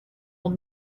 will